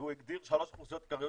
והוא הגדיר שלוש קבוצות עיקריות